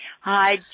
Hi